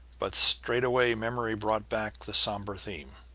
but straightway memory brought back the somber theme.